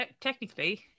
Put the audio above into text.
Technically